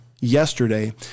yesterday